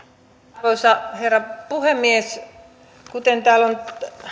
arvoisa herra puhemies kuten täällä on